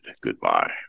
goodbye